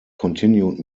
continued